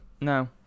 No